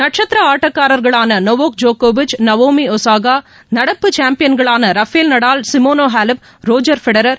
நட்சத்திர ஆட்டக்காரர்களான நோவாக் ஜோக்கோவிச் நவோமி ஒசாகா நடப்பு சாம்பியன்களான Rafael Nadal Simona Halep Roger Federer